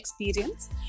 experience